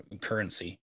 currency